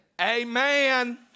amen